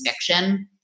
fiction